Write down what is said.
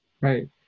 Right